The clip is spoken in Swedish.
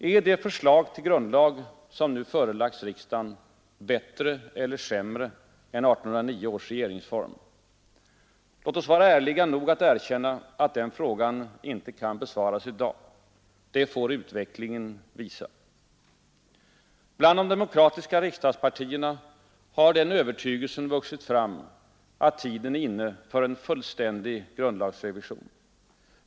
Är det förslag till grundlag som nu förelagts riksdagen bättre eller sämre än 1809 års regeringsform? Det får utvecklingen visa. Låt oss vara ärliga nog att erkänna att den frågan inte kan besvaras i dag. Bland de demokratiska riksdagspartierna har den övertygelsen vuxit fram, att tiden är inne för en fullständig grundlagsreform.